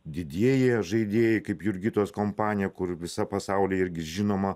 didieji žaidėjai kaip jurgitos kompanija kur visa pasauly irgi žinoma